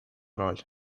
роль